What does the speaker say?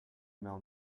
email